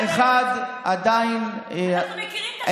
1. עדיין, אנחנו מכירים את השיטה הזאת.